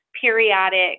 periodic